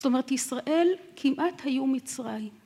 זאת אומרת, ישראל כמעט היו מצרים.